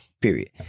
Period